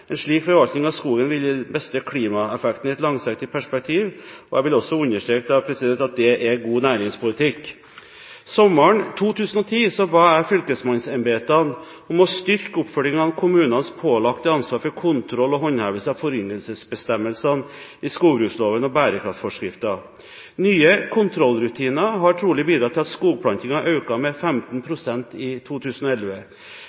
En slik forvaltning av skogen vil gi den beste klimaeffekten i et langsiktig perspektiv. Jeg vil også understreke at det er god næringspolitikk. Sommeren 2010 ba jeg fylkesmannsembetene om å styrke oppfølgingen av kommunenes pålagte ansvar for kontroll og håndhevelse av foryngelsesbestemmelsene i skogbruksloven og bærekraftforskriften. Nye kontrollrutiner har trolig bidratt til at skogplantingen økte med 15